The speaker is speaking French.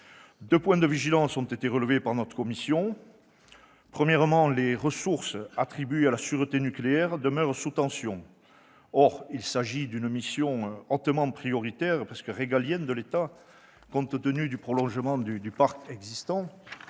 Deux points de vigilance ont été relevés par la commission. Premièrement, les ressources attribuées à la sûreté nucléaire demeurent sous tension. Or il s'agit d'une mission hautement prioritaire, presque régalienne, de l'État, compte tenu du prolongement du parc existant